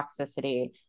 toxicity